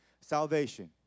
salvation